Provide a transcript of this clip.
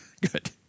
Good